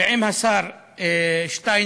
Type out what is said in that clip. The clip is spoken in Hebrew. ועם השר שטייניץ,